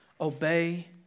obey